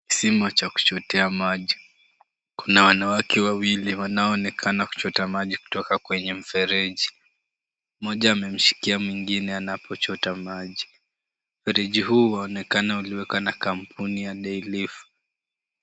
Kisima cha kuchotea maji. Kuna wanawake wawili wanaonekana kushoto maji kutoka kwenye mfereji, mmoja amemshikia mwingine anapochota maji. Mfereji huu unaonekana uliwekwa na kampuni ya Daylift.